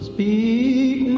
Speak